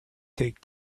take